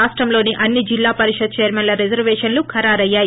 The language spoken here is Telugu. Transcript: రాష్టంలోని అన్ని జిల్లా పరిషత్ చైర్మన్ల పదవులకు రిజర్వేషన్లు ఖరారయ్యాయి